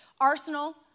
arsenal